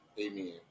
Amen